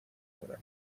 کنم